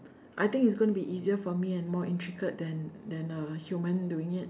I think is gonna be easier for me and more intricate than than a human doing it